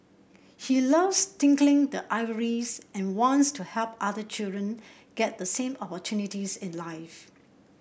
he loves tinkling the ivories and wants to help other children get the same opportunities in life